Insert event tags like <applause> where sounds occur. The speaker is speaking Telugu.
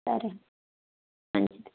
సరే <unintelligible>